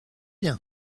bien